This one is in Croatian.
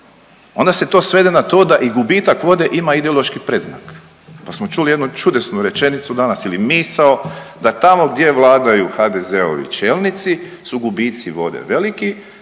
onda se to svede na to da i gubitak vode ima ideološki predznak, pa smo čuli jednu čudesnu rečenicu danas ili misao da tamo gdje vladaju HDZ-ovi čelnici su gubici vode veliki,